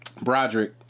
Broderick